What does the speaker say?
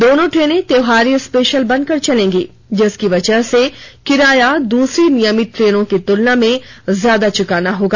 दोनों ट्रेनें त्योहारी स्पेशल बनकर चलेंगी जिस वजह से किराया दूसरी नियमित ट्रेनों की तुलना में ज्यादा चुकाना होगा